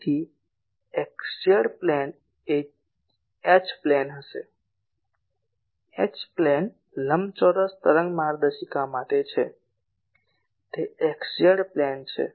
તેથી x z plane એ H plane હશે H પ્લેન લંબચોરસ તરંગ માર્ગદર્શિકા માટે છે તે xz પ્લેન છે